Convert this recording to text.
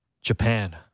Japan